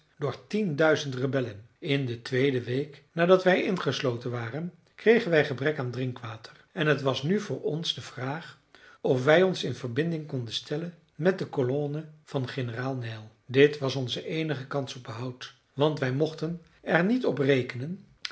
door tien duizend rebellen in de tweede week nadat wij ingesloten waren kregen wij gebrek aan drinkwater en het was nu voor ons de vraag of wij ons in verbinding konden stellen met de kolonne van generaal neill dit was onze eenige kans op behoud want wij mochten er niet op rekenen